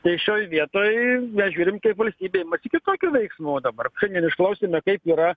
tai šioj vietoj mes žiūrim kaip valstybė imasi kokių veiksmų o dabar ir išklausėme kaip yra